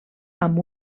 amb